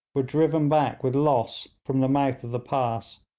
were driven back with loss from the mouth of the pass,